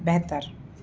बहितरु